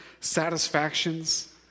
satisfactions